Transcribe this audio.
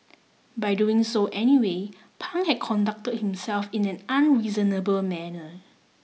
by doing so anyway Pang had conducted himself in an unreasonable manner